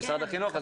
ממשרד החינוך.